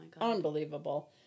unbelievable